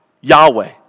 Yahweh